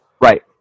Right